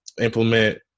implement